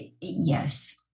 Yes